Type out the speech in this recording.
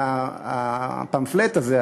והפמפלט הזה,